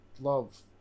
love